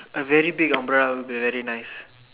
a very big on brother is very nice